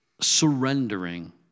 surrendering